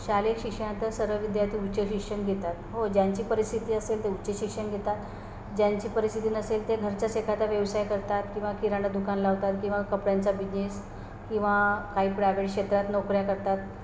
शालेय शिक्षण आत सर्व विद्यार्थी उच्च शिक्षण घेतात हो ज्यांची परिस्थिती असेल ते उच्च शिक्षण घेतात ज्यांची परिस्थिती नसेल ते घरचाच एखादा व्यवसाय करतात किंवा किराणा दुकान लावतात किंवा कपड्यांचा बिजनेस किंवा काही प्रावेड क्षेत्रात नोकऱ्या करतात